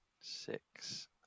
Six